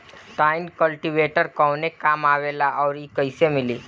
Tine cultivator कवने काम आवेला आउर इ कैसे मिली?